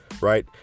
right